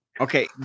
Okay